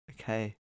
Okay